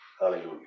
Hallelujah